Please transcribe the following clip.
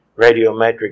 Radiometric